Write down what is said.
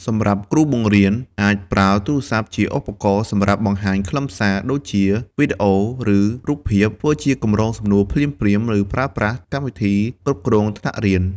សម្រាប់គ្រូបង្រៀនអាចប្រើទូរស័ព្ទជាឧបករណ៍សម្រាប់បង្ហាញខ្លឹមសារ ដូចជាវីដេអូ ឬរូបភាព ធ្វើកម្រងសំណួរ ភ្លាមៗ ឬប្រើប្រាស់កម្មវិធីគ្រប់គ្រងថ្នាក់រៀន។